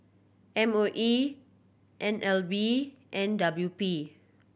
M O E N L B and W P